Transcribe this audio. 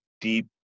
deep